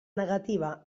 negativa